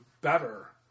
better